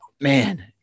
man